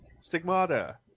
Stigmata